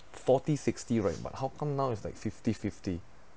forty sixty right but how come now is like fifty fifty